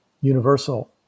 universal